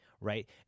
right